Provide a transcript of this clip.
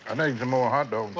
and more hot dogs.